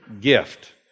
gift